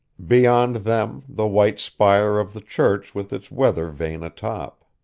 beyond them, the white spire of the church with its weather vane atop.